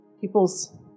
people's